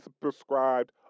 prescribed